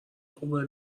خوبه